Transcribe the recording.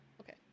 Okay